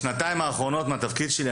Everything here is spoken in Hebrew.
בשנתיים האחרונות מהתפקיד שלי,